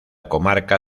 comarca